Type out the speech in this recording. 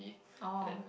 oh